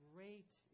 Great